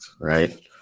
right